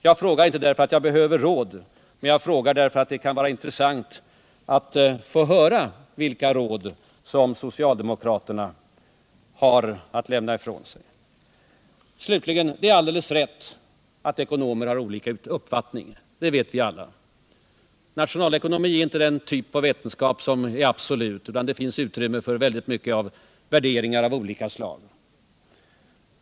Jag frågar inte därför att jag behöver råd, men jag frågar därför att det kan vara intressant att få höra vilka råd socialdemokraterna har att lämna ifrån sig. Slutligen: Det är alldeles rätt att ekonomer har olika uppfattningar. Det vet vi alla. Nationalekonomi är inte en typ av vetenskap som är absolut; där finns väldigt mycket av värderingar av olika slag.